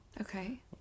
Okay